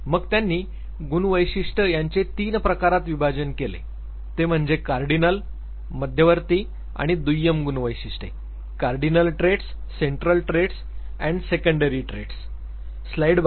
मग त्यांनी गुणवैशिष्ट यांचे तीन प्रकारात विभाजन केले ते म्हणजे कार्डिनल मध्यवर्ती आणि दुय्यम गुणवैशिष्ट Cardinal Traits Central Traits and Secondary Traits